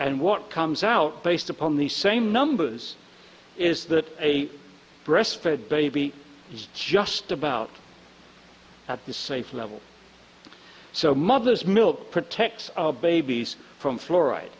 and what comes out based upon these same numbers is that a breastfed baby is just about at the safe level so mother's milk protects our babies from fluoride